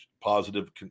positive